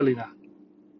kyselina